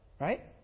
Right